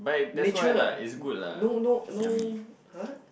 nature no no no hah